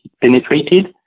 penetrated